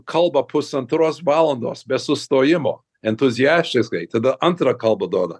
kalba pusantros valandos be sustojimo entuziastiškai tada antrą kalbą duoda